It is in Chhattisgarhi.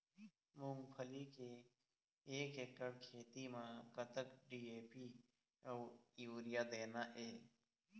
मूंगफली के एक एकड़ खेती म कतक डी.ए.पी अउ यूरिया देना ये?